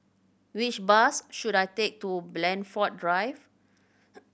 which bus should I take to Blandford Drive